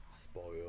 Spoil